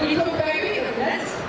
you know